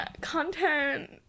content